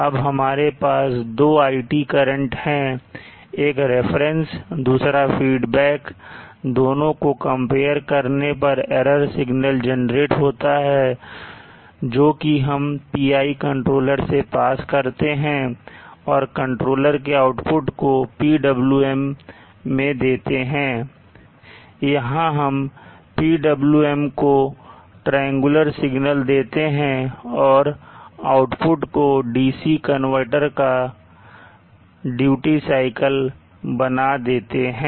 अब हमारे पास दो iT करंट है एक रेफरेंस है दूसरा फीडबैक है दोनों को कंपेयर करने पर error सिग्नल जनरेट होता है जो हम PI कंट्रोलर से पास करते हैं और कंट्रोलर के आउटपुट को PWM मैं देते हैं यहां हम PWM को triangular सिग्नल देते हैं और आउटपुट को DC कनवर्टर का ड्यूटी साइकल बना देते हैं